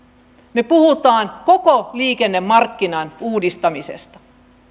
me puhumme koko liikennemarkkinan uudistamisesta